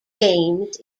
games